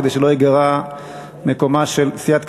כדי שלא ייגרע מקומה של סיעת קדימה,